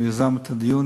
שיזם את הדיון,